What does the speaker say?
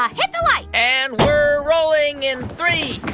hit the light and we're rolling in three,